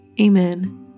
Amen